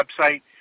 website